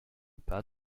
pas